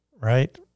right